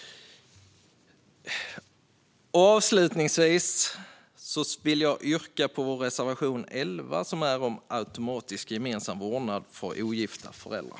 Jag vill yrka bifall till reservation 11, som tar upp frågan om automatisk gemensam vårdnad för ogifta föräldrar.